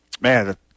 Man